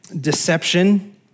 deception